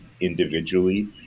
individually